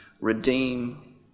redeem